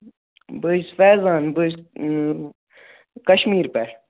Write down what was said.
بہٕ حظ چھُس فیزان بہٕ حظ چھُس کشمیٖرٕ پٮ۪ٹھ